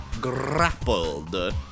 grappled